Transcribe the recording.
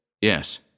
Yes